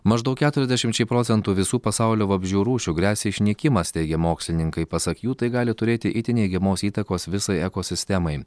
maždaug keturiasdešimčiai procentų visų pasaulio vabzdžių rūšių gresia išnykimas teigia mokslininkai pasak jų tai gali turėti itin neigiamos įtakos visai ekosistemai